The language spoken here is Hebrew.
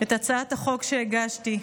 את הצעת החוק שהגשתי.